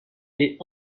est